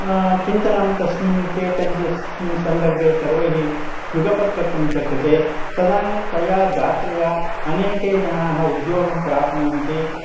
चिन्तनं तस्मिन् विषये तदस्मिन् सन्दर्भे सर्वैः युगपत् कर्तुं शक्यते तदानीं तया जात्रया अनेके जनाः उद्योगं प्राप्नुवन्ति